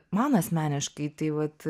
man asmeniškai tai vat